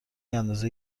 اندازه